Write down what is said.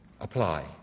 apply